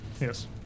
Yes